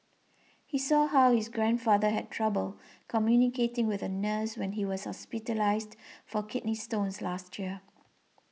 he saw how his grandfather had trouble communicating with a nurse when he was hospitalised for kidney stones last year